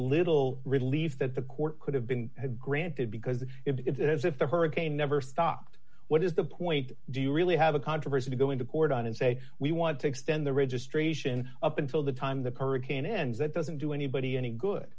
little relief that the court could have been granted because it's as if the hurricane never stopped what is the point do you really have a controversy to go into court on and say we want to extend the registration up until the time the current can ends it doesn't do anybody any good